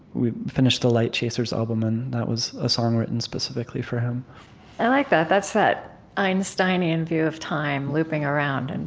we finished the light chasers album, and that was a song written specifically for him i like that. that's that einsteinian view of time looping around and